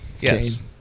Yes